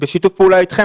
בשיתוף פעולה אתכם,